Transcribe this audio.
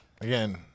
Again